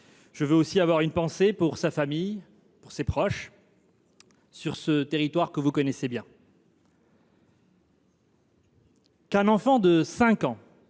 Je veux aussi avoir une pensée pour sa famille, pour ses proches, pour ce territoire que vous connaissez bien. L’idée qu’un enfant de 5 ans